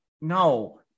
no